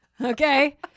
Okay